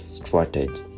strategy